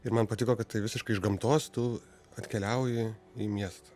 ir man patiko kad tai visiškai iš gamtos tu atkeliauji į miestą